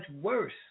worse